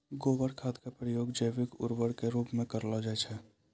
गोबर खाद के उपयोग जैविक उर्वरक के रुपो मे करलो जाय छै